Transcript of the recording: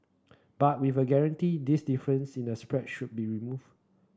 but with a guarantee this difference in the spread should be removed